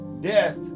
Death